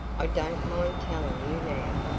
i don't mind tellin' you now.